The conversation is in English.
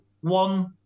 one